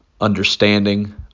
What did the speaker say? understanding